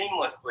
seamlessly